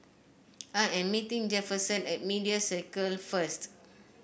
I am meeting Jefferson at Media Circle first